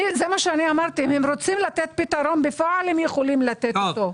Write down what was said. אם הם רוצים לתת פתרון בפועל - הם יכולים לתת אותו.